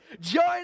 join